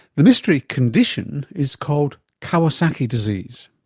the mystery condition is called kawasaki disease.